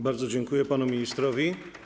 Bardzo dziękuję panu ministrowi.